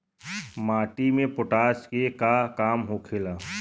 माटी में पोटाश के का काम होखेला?